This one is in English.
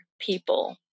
people